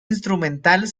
instrumental